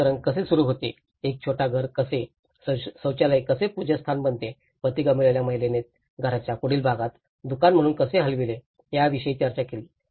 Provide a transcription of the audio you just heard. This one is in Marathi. रुपांतरण कसे सुरू होते एक छोटे घर कसे शौचालय कसे पूजास्थान बनते पती गमावलेल्या महिलेने घराच्या पुढील भागाला दुकान म्हणून कसे हलवले याविषयी चर्चा केली